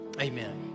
amen